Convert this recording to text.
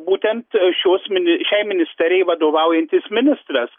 o būtent šios mini šiai ministerijai vadovaujantis ministras